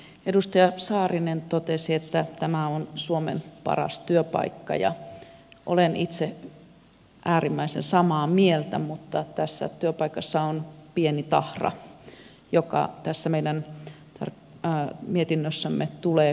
edustaja saarinen totesi että tämä on suomen paras työpaikka ja olen itse äärimmäisen samaa mieltä mutta tässä työpaikassa on pieni tahra joka tässä meidän mietinnössämme tulee hyvin esille